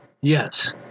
Yes